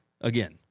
again